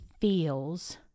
feels